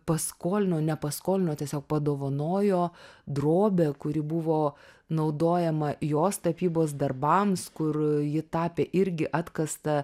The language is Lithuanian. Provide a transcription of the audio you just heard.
paskolino ne paskolino tiesiog padovanojo drobę kuri buvo naudojama jos tapybos darbams kur ji tapė irgi atkastą